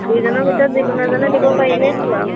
দুয়োজনৰ ভিতৰত যিকোনো এজনে দিব পাৰিলে হ'ল আৰু